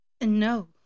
No